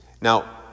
Now